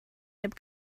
heb